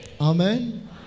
Amen